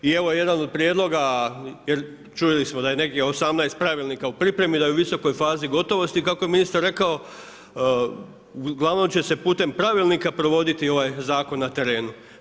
I evo jedan od prijedloga jer čuli smo da je negdje 18 pravilnika u pripremi, da je u visokoj fazi gotovosti kako je ministar rekao, uglavnom će se putem pravilnika provoditi ovaj zakon na terenu.